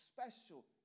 special